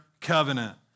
Covenant